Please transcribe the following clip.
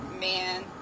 man